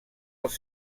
als